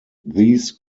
these